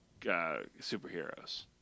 superheroes